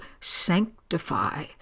sanctify